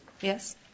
Yes